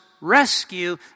rescue